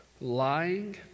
lying